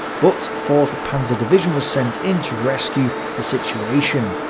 but fourth panzer division was sent in to rescue the situation.